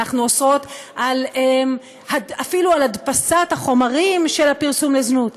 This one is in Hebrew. אנחנו אוסרות אפילו הדפסת החומרים של הפרסום לזנות,